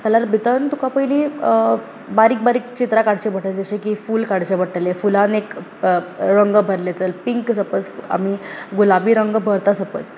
जाल्यार तुका पयलीं बारीक बारीक चित्रां काडचीं पडटलीं जशें की फूल काडचें पडटलें फुलांत एक रंग भरलें जर पींक सपोझ आमी गुलाबी रंग भरलो सपोझ